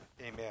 Amen